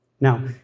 Now